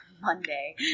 Monday